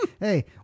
Hey